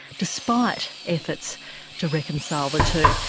despite efforts to reconcile the two.